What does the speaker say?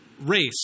race